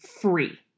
free